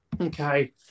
Okay